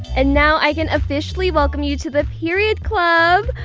and now i can officially welcome you to the period club!